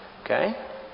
Okay